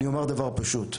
אני אומר דבר פשוט.